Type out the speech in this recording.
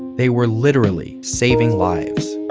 they were literally saving lives